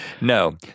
No